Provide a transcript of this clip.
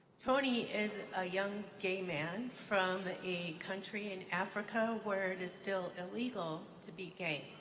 tony is a young gay man from a country in africa where it is still illegal to be gay.